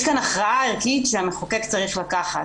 יש כאן הכרעה ערכית שהמחוקק צריך לקחת